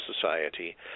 society